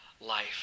life